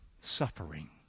Suffering